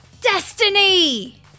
DESTINY